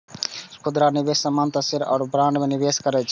खुदरा निवेशक सामान्यतः शेयर आ बॉन्ड मे निवेश करै छै